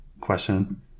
Question